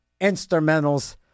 instrumentals